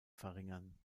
verringern